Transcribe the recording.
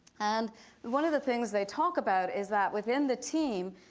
and one of the things they talk about is that within the team,